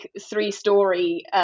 three-story